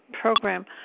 program